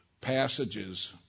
passages